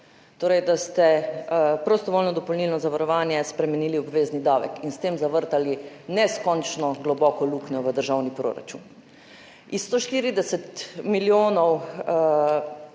Torej, da ste prostovoljno dopolnilno zavarovanje spremenili v obvezni davek in s tem zavrtali neskončno globoko luknjo v državni proračun. Iz 140 milijonov